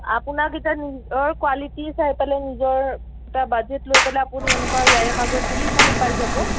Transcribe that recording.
আপোনাক এতিয়া নিজৰ কোৱালিটি চাই পেলাই নিজৰ এটা বাজেট লৈ পেলাই আপুনি এনেকুৱা ইয়াৰে মাজত যিকোনো পাই যাব